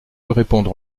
répondre